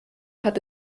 hat